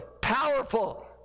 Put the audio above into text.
powerful